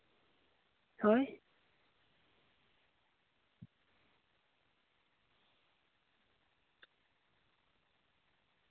ᱦᱳᱭ